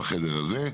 בחדר הזה.